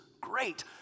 great